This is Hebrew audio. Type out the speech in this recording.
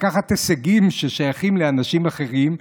לקחת הישגים ששייכים לאנשים אחרים,